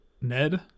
Ned